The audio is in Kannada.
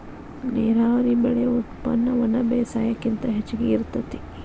ನೇರಾವರಿ ಬೆಳೆ ಉತ್ಪನ್ನ ಒಣಬೇಸಾಯಕ್ಕಿಂತ ಹೆಚಗಿ ಇರತತಿ